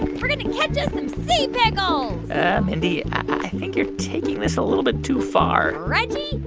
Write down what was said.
and we're going to catch us some sea pickles mindy, i think you're taking this a little bit too far reggie,